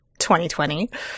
2020